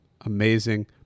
Amazing